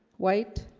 white